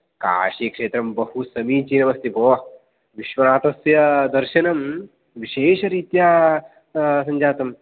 काशिक्षेत्रं बहु समीचीनमस्ति भो विश्वनाथस्य दर्शनं विशेषरीत्या सञ्जातम्